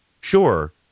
sure